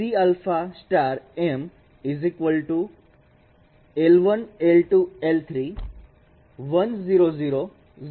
તે અંસ ની ગણતરી કરે છે